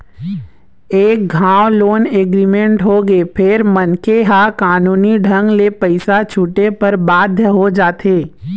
एक घांव loan agreement होगे फेर मनखे ह कानूनी ढंग ले पइसा छूटे बर बाध्य हो जाथे